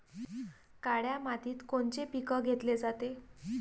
काळ्या मातीत कोनचे पिकं घेतले जाते?